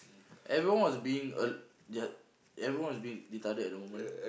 everyone was being uh uh everyone was being retarded at the moment